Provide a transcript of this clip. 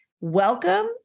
Welcome